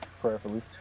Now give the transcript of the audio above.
prayerfully